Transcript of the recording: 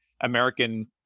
American